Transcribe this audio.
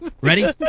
Ready